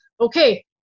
okay